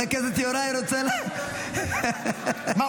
נראה לי שחבר הכנסת יוראי רוצה --- תסתכל איך